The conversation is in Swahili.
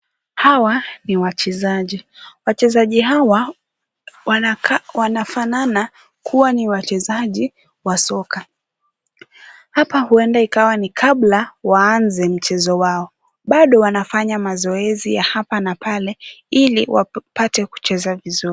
Hawa ni wachezaji, wachezaji hawa wanafanana kuwa ni wachezaji wa soka hapa hwenda kuwa ni kabla waanze mchezo wao, bado wanafanya mazoezi ya hapa na pale ili wapate kucheza vizuri.